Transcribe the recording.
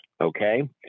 okay